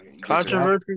Controversy